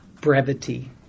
brevity